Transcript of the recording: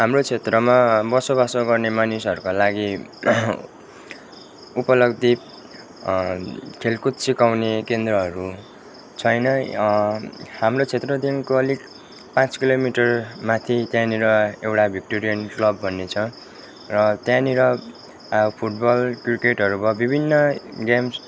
हाम्रो क्षेत्रमा बसोबासो गर्ने मानिसहरूको लागि उपलब्धि खेलकुद सिकाउने केन्द्रहरू छैन हाम्रो क्षेत्रदेखिको अलिक पाँच किलोमिटरमाथि त्यहाँनिर एउटा भिक्टोरियन क्लब भन्ने छ र त्यहाँनिर फुटबल क्रिकेटहरू भयो विभिन्न गेम्स